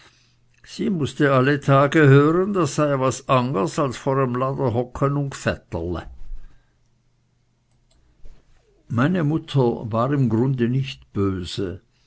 sie mußte alle tage hören das sei was angers als vor em lade hocke n u g'vätterle meine mutter war im grunde nicht böse